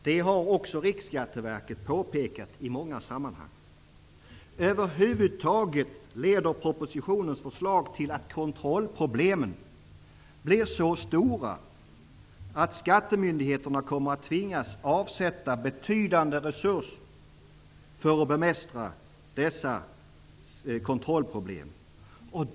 Detta har också Riksskatteverket påpekat i många sammanhang. Över huvud taget leder propositionens förslag till att kontrollproblemen blir så stora att skattemyndigheterna kommer att tvingas avsätta betydande resurser för att bemästra dessa kontrollproblem.